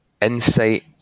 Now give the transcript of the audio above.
Insight